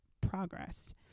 progress